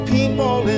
People